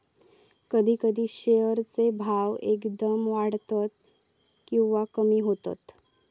कधी कधी शेअर चे भाव एकदम वाढतत किंवा कमी होतत